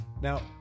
Now